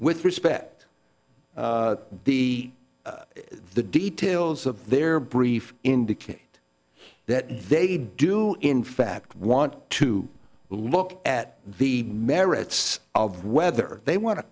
with respect the the details of their brief indicate that they do in fact want to look at the merits of whether they want to